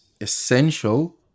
essential